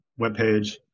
webpage